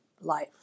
life